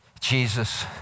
Jesus